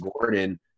Gordon